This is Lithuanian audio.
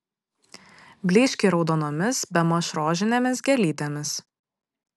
blyškiai raudonomis bemaž rožinėmis gėlytėmis